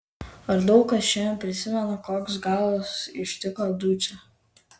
ar daug kas šiandien prisimena koks galas ištiko dučę